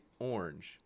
orange